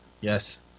Yes